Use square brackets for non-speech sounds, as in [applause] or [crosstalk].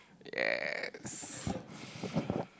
yes [noise]